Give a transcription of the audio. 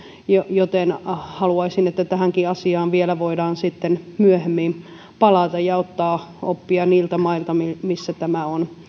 joten haluaisin että tähänkin asiaan vielä voidaan sitten myöhemmin palata ja ottaa oppia niiltä mailta missä tämä on